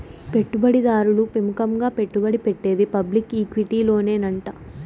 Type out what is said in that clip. పెట్టుబడి దారులు పెముకంగా పెట్టుబడి పెట్టేది పబ్లిక్ ఈక్విటీలోనేనంట